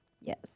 Yes